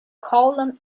column